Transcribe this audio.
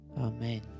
Amen